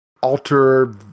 alter